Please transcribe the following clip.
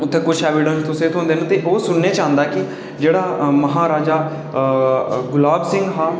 अज्ज बी कुछ ऐविडैंस तुसेंगी थ्होंदे न ओह् सुनने च आंदा ऐ कि जेह्ड़ा महाराजा गुलाब सिहं हा